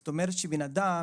זאת אומרת שבן אדם,